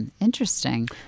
Interesting